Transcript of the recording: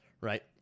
right